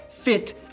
fit